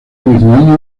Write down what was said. mismo